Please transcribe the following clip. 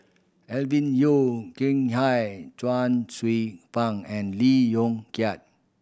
Alvin Yeo Khirn Hai Chuang Hsueh Fang and Lee Yong Kiat